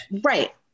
Right